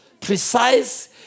precise